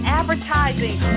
advertising